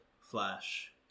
Flash